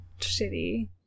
shitty